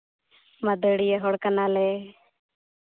ᱢᱟᱹᱫᱟᱹᱲᱤᱭᱟᱹ ᱦᱚᱲ ᱠᱟᱱᱟᱞᱮ